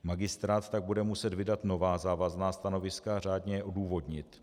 Magistrát tak bude muset vydat nová závazná stanoviska a řádně je odůvodnit.